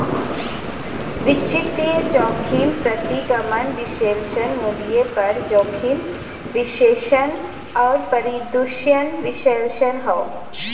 वित्तीय जोखिम प्रतिगमन विश्लेषण, मूल्य पर जोखिम विश्लेषण और परिदृश्य विश्लेषण हौ